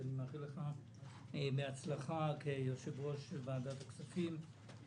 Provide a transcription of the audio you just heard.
אז אני מאחל לך בהצלחה כיושב-ראש ועדת הכספים.